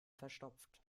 verstopft